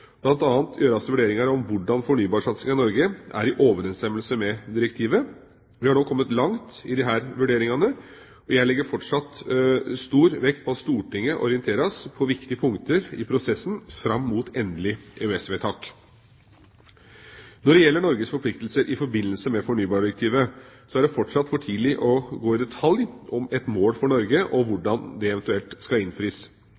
det gjort vurderinger av hvordan fornybarsatsinga i Norge er i overensstemmelse med direktivet. Vi har nå kommet langt i disse vurderingene. Jeg legger fortsatt stor vekt på at Stortinget orienteres på viktige punkter i prosessen fram mot endelig EØS-vedtak. Når det gjelder Norges forpliktelser i forbindelse med fornybardirektivet, er det fortsatt for tidlig å gå i detalj om et mål for Norge og